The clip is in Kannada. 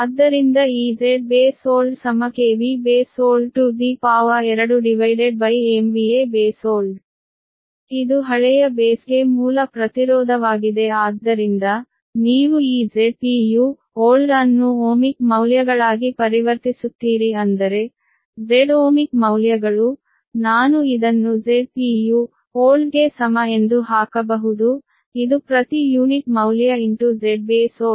ಆದ್ದರಿಂದ ಈ ZB old KVBold 2MVAB old ಆದ್ದರಿಂದ ಇದು ಹಳೆಯ ಬೇಸ್ಗೆ ಮೂಲ ಪ್ರತಿರೋಧವಾಗಿದೆ ಆದ್ದರಿಂದ ನೀವು ಈ Zpu old ಅನ್ನು ohmic ಮೌಲ್ಯಗಳಾಗಿ ಪರಿವರ್ತಿಸುತ್ತೀರಿ ಅಂದರೆ Z ohmic ಮೌಲ್ಯಗಳು ನಾನು ಇದನ್ನು Zpu old ಗೆ ಸಮ ಎಂದು ಹಾಕಬಹುದು ಇದು ಪ್ರತಿ ಯೂನಿಟ್ ಮೌಲ್ಯ ಇಂಟು ZBase old